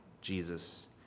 Jesus